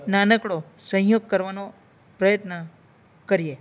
નાનકડો સહયોગ કરવાનો પ્રયત્ન કરીએ